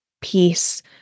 peace